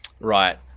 right